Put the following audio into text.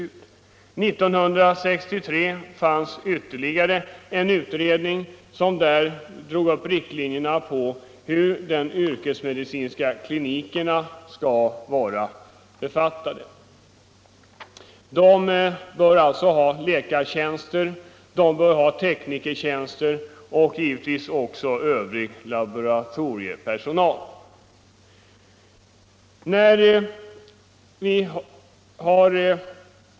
1963 kom ytterligare en utredning, som drog upp riktlinjer för hur de yrkesmedicinska klinikerna skulle vara beskaffade: de bör ha läkartjänster, de bör ha teknikertjänster och de bör givetvis också ha övrig laboratoriepersonal.